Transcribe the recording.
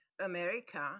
America